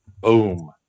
Boom